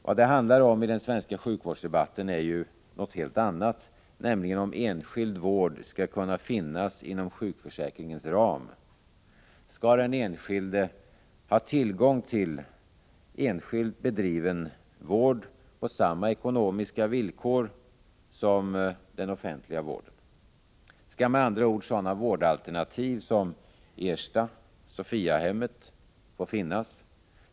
Vad det handlar om i den svenska sjukvårdsdebatten är ju något helt annat, nämligen om enskild vård skall kunna finnas inom sjukförsäkringens ram. Skall människor ha tillgång till enskilt bedriven vård på samma ekonomiska villkor som inom den offentliga vården? Skall med andra ord sådana vårdalternativ som Ersta och Sophiahemmet få finnas?